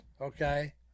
okay